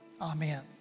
Amen